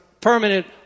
permanent